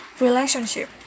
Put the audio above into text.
relationship